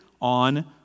on